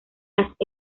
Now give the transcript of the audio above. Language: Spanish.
las